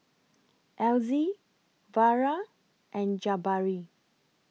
Elzie Vara and Jabari